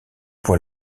pour